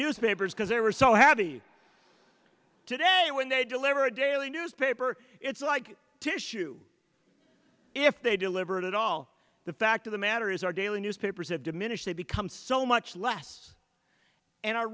newspapers because they were so heavy today when they deliver a daily newspaper it's like tissue if they delivered at all the fact of the matter is our daily newspapers have diminished they become so much less and our